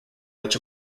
which